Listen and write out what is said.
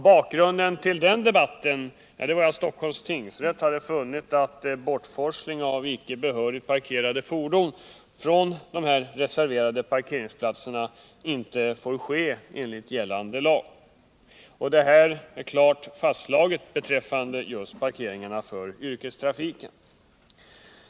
Bakgrunden till den debatten var att Stockholms tingsrätt hade funnit att bortforsling av icke behörigt parkerade fordon från dessa reserverade parkeringsplatser inte får ske enligt gällande lag. Detta har klart fastslagits beträffande just parkeringarna för yrkestrafiken.